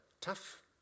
tough